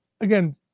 again